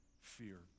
fear